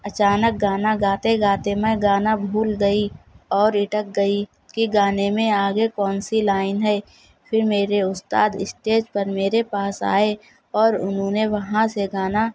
اچانک گانا گاتے گاتے میں گانا بھول گئی اور اٹک گئی کہ گانے میں آگے کون سی لائن ہے پھر میرے استاد اسٹیج پر میرے پاس آئے اور انہوں نے وہاں سے گانا